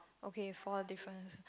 okay four difference